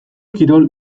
kirol